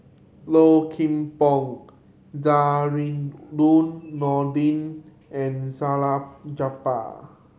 Low Kim Pong Zainudin Nordin and Salleh Japar